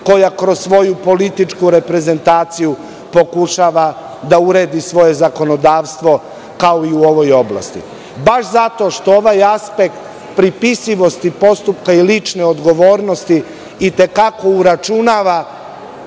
koja kroz svoju političku reprezentaciju pokušava da uredi svoje zakonodavstvo, kao i u ovoj oblasti. Baš zato što ovaj aspekt pripisivosti postupka i lične odgovornosti itekako uračunava